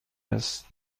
است